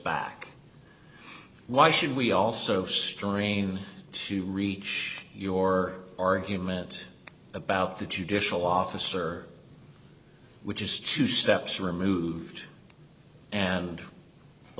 back why should we also strain to reach your argument about the judicial officer which is two steps removed and a